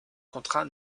contrat